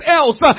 else